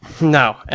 No